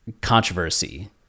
controversy